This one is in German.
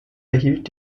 erhielt